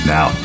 Now